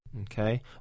Okay